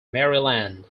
maryland